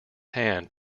hand